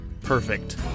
perfect